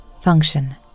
Function